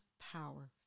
power